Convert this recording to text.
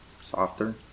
softer